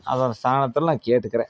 அதுதான் அந்த ஸ்தானத்தில் நான் கேட்டுக்கிறேன்